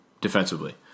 Defensively